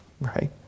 right